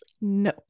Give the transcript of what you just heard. no